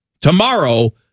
tomorrow